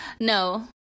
No